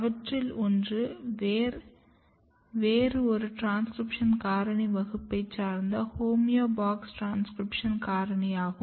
அவற்றில் ஒன்று வேறு ஒரு ட்ரான்ஸ்க்ரிப்ஷன் காரணி வகுப்பை சார்ந்த ஹோமியோ பாக்ஸ் ட்ரான்ஸ்க்ரிப்ஷன் காரணி ஆகும்